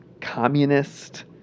communist